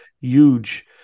huge